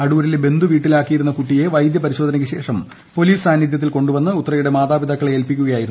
അടൂരിലെ ബന്ധുവീട്ടിലാക്കിയിരുന്ന കുട്ടിയെ വൈദ്യ പരിശോധനയ്ക്ക് ശേഷം പൊലീസ് സാന്നിധൃത്തിൽ കൊണ്ടുവന്ന് ഉത്രയുടെ മാതാപിതാക്കളെ ഏൽപ്പിക്കുകയായിരുന്നു